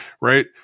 right